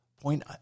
point